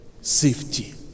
Safety